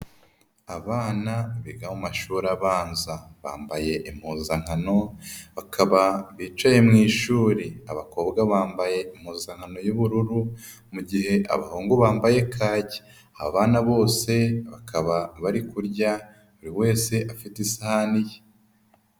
Abana biga mu mumashuri abanza. Bambaye impuzankano bakaba bicaye mu ishuri, abakobwa bambaye impuzankano y'ubururu, mugihe abahungu bambaye kaki, abana bose bakaba bari kurya buri wese afite isahani ye.